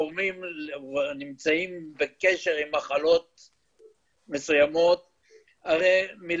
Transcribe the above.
דיון סביבתי מצד הרבה מאוד גורמים שלא תמיד מצופה בארגוני